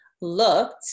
looked